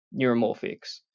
neuromorphics